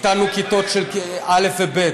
הקטנו את כיתות א' ו-ב',